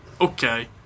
Okay